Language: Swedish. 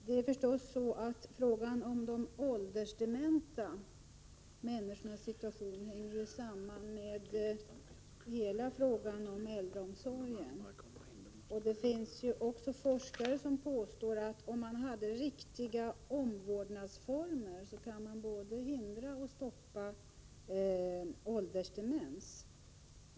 Herr talman! Frågan om de åldersdementa människornas situation hänger givetvis samman med hela frågan om äldreomsorgen. Det finns också forskare som påstår att om man har riktiga omvårdnadsformer kan man både hindra och stoppa åldersdemens.